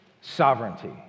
sovereignty